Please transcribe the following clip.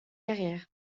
carrière